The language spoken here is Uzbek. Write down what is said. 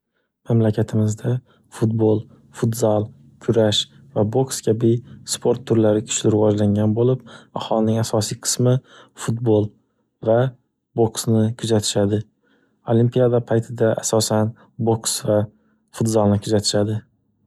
Mamlakatimizda futbol, futzal, kurash va boks kabi sport turlari kuchli rivojlangan bo'lib, aholining asosiy qismi futbol va boksni kuzatishadi. Olimpiyada paytida asosan boks va futzalni kuzatishadi.